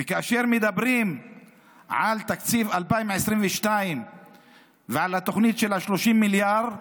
וכאשר מדברים על תקציב 2022 ועל התוכנית של ה-30 מיליארד,